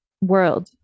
world